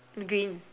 green